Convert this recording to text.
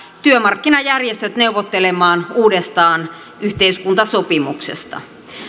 työmarkkinajärjestöt neuvottelemaan uudestaan yhteiskuntasopimuksesta